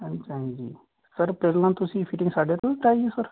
ਹਾਂਜੀ ਹਾਂਜੀ ਸਰ ਪਹਿਲਾਂ ਤੁਸੀਂ ਫਿਟਿੰਗ ਸਾਡੇ ਤੋਂ ਹੀ ਕਰਵਾਈ ਹੈ ਸਰ